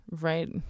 Right